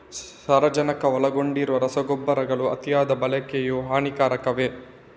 ಸಾರಜನಕ ಒಳಗೊಂಡಿರುವ ರಸಗೊಬ್ಬರಗಳ ಅತಿಯಾದ ಬಳಕೆಯು ಹಾನಿಕಾರಕವೇ?